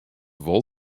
wol